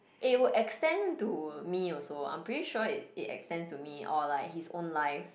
it will extend to me also I'm pretty sure it it extends to me or like his own life